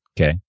Okay